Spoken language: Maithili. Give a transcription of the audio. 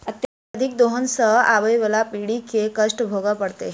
अत्यधिक दोहन सँ आबअबला पीढ़ी के कष्ट भोगय पड़तै